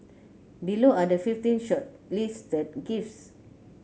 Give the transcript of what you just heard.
below are the fifteen shortlisted gifts